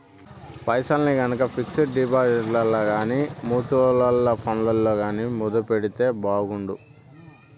పైసల్ని గనక పిక్సుడు డిపాజిట్లల్ల గానీ, మూచువల్లు ఫండ్లల్ల గానీ మదుపెడితే బాగుండు